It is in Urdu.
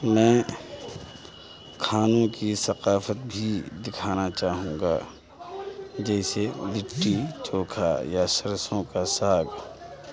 میں کھانوں کی ثقافت بھی دکھانا چاہوں گا جیسے مٹی چوکھا یا سرسوں کا ساگ